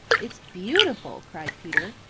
it's beautiful, cried peter.